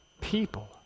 people